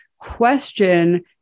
question